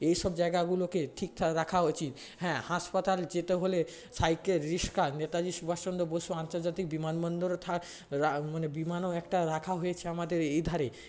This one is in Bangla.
এইসব জায়গাগুলোকে ঠিকঠাক রাখা উচিত হ্যাঁ হাসপাতাল যেতে হলে সাইকেল রিক্সা নেতাজি সুভাষচন্দ্র বসু আন্তর্জাতিক বিমানবন্দরও থা রা মানে বিমানও একটা রাখা হয়েছে আমাদের এই ধারে